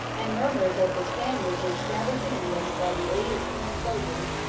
and murmured that the spaniard would establish in england, by the aid of foreign soldiers,